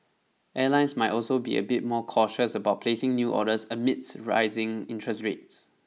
airlines might also be a bit more cautious about placing new orders amidst rising interest rates